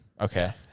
Okay